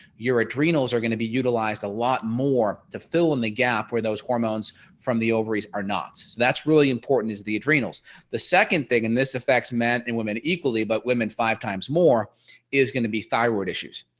your adrenal is are going to be utilized a lot more to fill in the gap where those hormones from the ovaries are not. so that's really important is the adrenal is the second thing and this affects men and women equally. but women five times more is going to be thyroid issues.